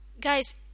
Guys